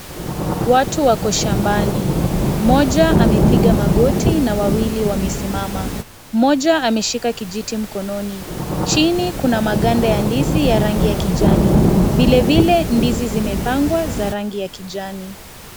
Watu wako shambani, mmoja amepiga magoti na wawili wamesimama, mmoja aameshika kijiti mkononi, chini kuna maganda ya ndizi ya rangi ya kijani vile vile ndizi zimepangwa ya rangi ya kijani.